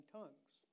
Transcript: tongues